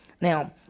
Now